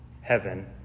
heaven